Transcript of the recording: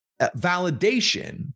validation